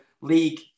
league